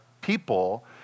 people